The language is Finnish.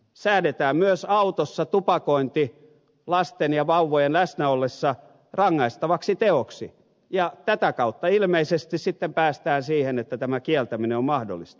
säädetään myös autossa tupakointi lasten ja vauvojen läsnä ollessa rangaistavaksi teoksi ja tätä kautta ilmeisesti sitten päästään siihen että tämä kieltäminen on mahdollista